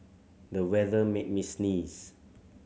the weather made me sneeze